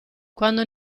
quando